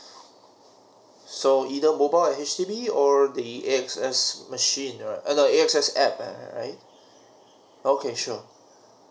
so either mobile H_D_B or the A_X_S machine err the A_X_S app err right okay sure